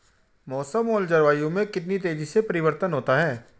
मौसम और जलवायु में कितनी तेजी से परिवर्तन होता है?